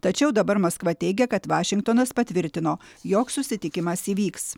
tačiau dabar maskva teigia kad vašingtonas patvirtino jog susitikimas įvyks